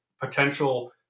potential